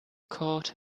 caught